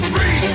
Free